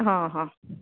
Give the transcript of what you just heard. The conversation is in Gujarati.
હં હં